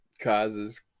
causes